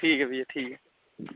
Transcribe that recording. ठीक ऐ भैया ठीक ऐ